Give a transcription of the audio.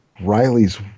Riley's